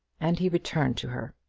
and he returned to her.